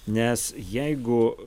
nes jeigu